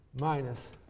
minus